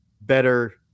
better